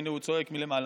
הינה הוא צועק מלמעלה,